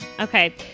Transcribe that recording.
okay